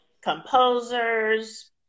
composers